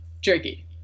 jerky